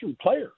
player